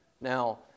Now